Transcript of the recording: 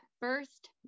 first